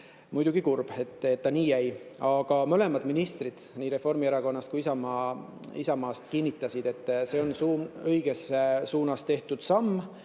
muidugi kurb, et see nii jäi. Aga mõlemad ministrid, nii Reformierakonnast kui ka Isamaast, kinnitasid, et see on õiges suunas tehtud samm